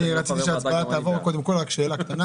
אני רוצה שההצבעה תעבור רק יש לי שאלה.